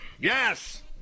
Yes